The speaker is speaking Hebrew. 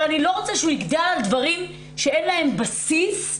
אבל אני לא רוצה שהוא יגדל על דברים שאין להם בסיס פרודוקטיבי.